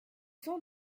sont